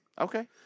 Okay